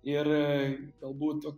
ir gal būt